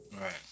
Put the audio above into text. Right